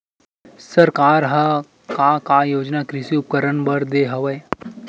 सरकार ह का का योजना कृषि उपकरण बर दे हवय?